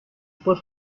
por